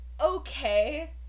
okay